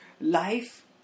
life